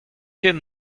ken